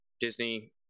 Disney